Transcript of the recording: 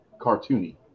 cartoony